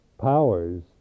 powers